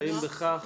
בבקשה,